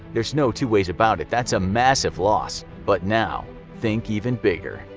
there's no two ways about it that's a massive loss. but now think even bigger.